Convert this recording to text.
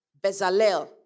Bezalel